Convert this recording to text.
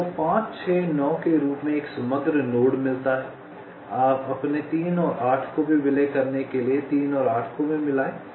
आपको 5 6 9 के रूप में एक समग्र नोड मिलता है अपने 3 और 8 को भी विलय करने के लिए 3 और 8 को भी मिलाएं